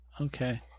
Okay